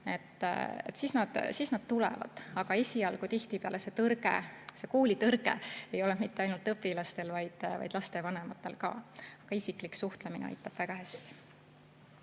siis nad tulevad. Aga esialgu tihtipeale see tõrge, see koolitõrge ei ole mitte ainult õpilastel, vaid lapsevanematel ka. Isiklik suhtlemine aitab väga hästi.